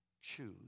choose